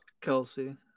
Kelsey